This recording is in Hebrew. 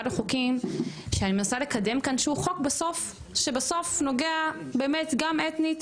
אחד החוקים שאני מנסה לקדם כאן שהוא חוק שנוגע גם אתנית,